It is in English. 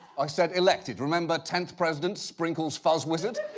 i said elected. remember tenth president, sprinkles fuzzwizard?